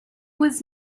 was